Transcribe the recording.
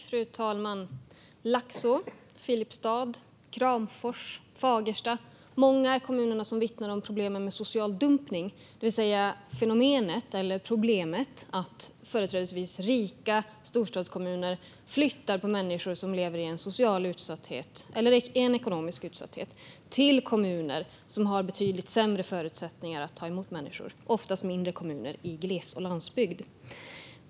Fru talman! Laxå, Filipstad, Kramfors, Fagersta - många är kommunerna som vittnar om problemen med social dumpning, det vill säga fenomenet att företrädesvis rika storstadskommuner flyttar människor som lever i social eller ekonomisk utsatthet till kommuner som har betydligt sämre förutsättningar att ta emot människor, oftast mindre kommuner i gles och landsbygd.